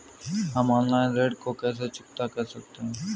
हम ऑनलाइन ऋण को कैसे चुकता कर सकते हैं?